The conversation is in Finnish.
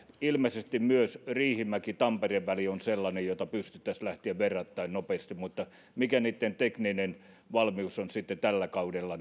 ilmeisesti myös riihimäki tampere väli on sellainen johon pystyttäisiin lähtemään verrattain nopeasti se mikä niitten tekninen valmius on tällä kaudella